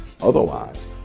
Otherwise